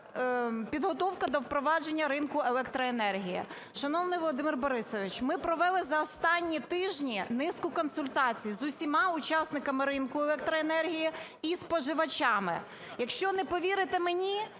підготовка до впровадження ринку електроенергії. Шановний Володимир Борисович, ми провели за останні тижні низку консультацій з усіма учасниками ринку електроенергії і споживачами. Якщо не повірите мені,